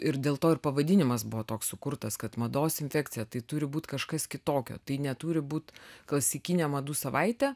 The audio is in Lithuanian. ir dėl to ir pavadinimas buvo toks sukurtas kad mados infekcija tai turi būt kažkas kitokio tai neturi būt klasikinė madų savaitė